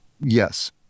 Yes